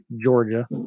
Georgia